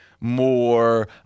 more